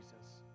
Jesus